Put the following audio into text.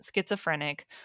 schizophrenic